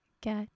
Get